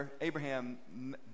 Abraham